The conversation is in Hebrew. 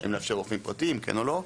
האם לאפשר רופאים פרטיים כן או לא.